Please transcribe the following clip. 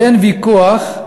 ואין ויכוח,